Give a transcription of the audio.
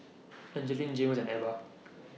Angelique Jaymes and Ebba